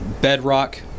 bedrock